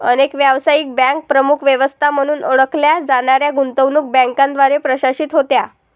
अनेक व्यावसायिक बँका प्रमुख व्यवस्था म्हणून ओळखल्या जाणाऱ्या गुंतवणूक बँकांद्वारे प्रशासित होत्या